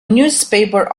newspaper